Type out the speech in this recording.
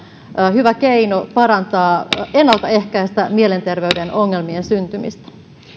hyvä keino ennaltaehkäistä mielenterveyden ongelmien syntymistä